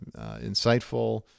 insightful